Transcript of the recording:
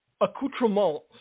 accoutrement